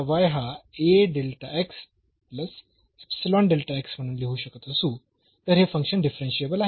म्हणून जर आपण हा म्हणून लिहू शकत असू तर हे फंक्शन डिफरन्शियेबल आहे